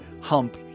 hump